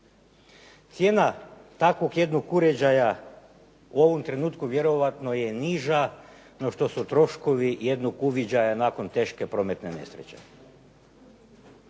Cijena takvog jednog uređaja u ovom trenutku vjerojatno je niža no što su troškovi jednog uviđaja nakon teške prometne nesreće.